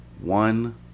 One